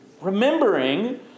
Remembering